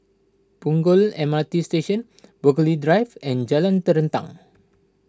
Punggol M R T Station Burghley Drive and Jalan Terentang